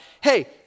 Hey